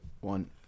one